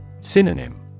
Synonym